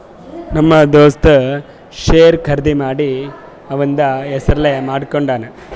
ನಮ್ ದೋಸ್ತ ಶೇರ್ ಖರ್ದಿ ಮಾಡಿ ಅವಂದ್ ಹೆಸುರ್ಲೇ ಮಾಡ್ಕೊಂಡುನ್